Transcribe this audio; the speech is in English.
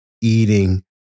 eating